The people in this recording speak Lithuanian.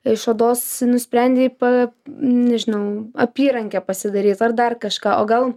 iš odos nusprendei pa nežinau apyrankę pasidaryt ar dar kažką o gal